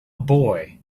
boy